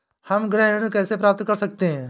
हम गृह ऋण कैसे प्राप्त कर सकते हैं?